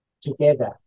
together